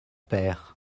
pères